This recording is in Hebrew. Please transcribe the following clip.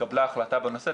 התקבלה החלטה בנושא,